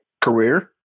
career